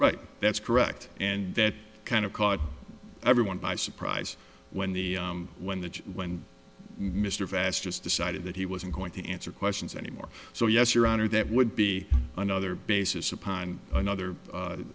write that's correct and that kind of caught everyone by surprise when the when the when mr fast just decided that he wasn't going to answer questions anymore so yes your honor that would be another basis upon another